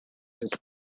das